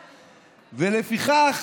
ולפיכך,